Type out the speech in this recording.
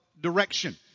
direction